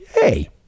hey